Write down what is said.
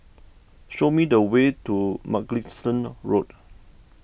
show me the way to Mugliston Road